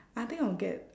I think I'll get